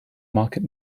market